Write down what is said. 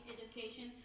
Education